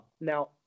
Now